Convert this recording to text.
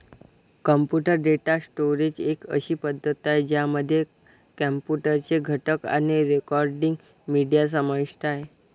computer data storage एक अशी पद्धती आहे, ज्यामध्ये कॉम्प्युटर चे घटक आणि रेकॉर्डिंग, मीडिया समाविष्ट आहे